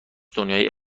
دنیای